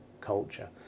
culture